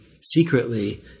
secretly